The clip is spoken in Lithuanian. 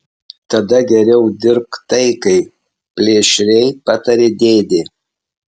tada geriau dirbk taikai plėšriai patarė dėdė